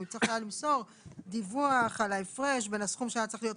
הוא צריך היה למסור דיווח על ההפרש בין הסכום שהיה צריך להיות